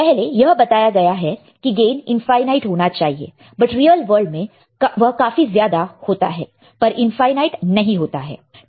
पहले यह बताया गया है कि गेन इनफाई नाइट होना चाहिए पर रियल वर्ल्ड में वह काफी ज्यादा होता है पर इनफाई नाईट नहीं होता है